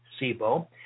SIBO